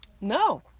No